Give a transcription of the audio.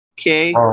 okay